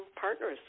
partners